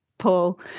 Paul